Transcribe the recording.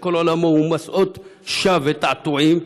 שכל עולמו הוא משאות שווא ותעתועים,